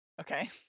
Okay